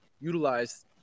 utilize